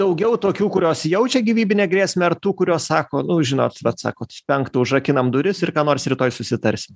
daugiau tokių kurios jaučia gyvybinę grėsmę ar tų kurios sako nu žinot vat sakot penktą užrakinam duris ir ką nors rytoj susitarsim